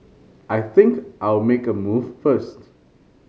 I think I'll make a move first